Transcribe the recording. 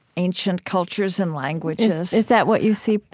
ancient cultures and languages is that what you see?